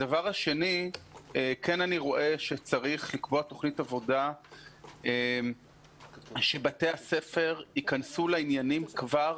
אני כן רואה שצריך לקבוע תוכנית עבודה ושבתי הספר ייכנסו לעניינים כבר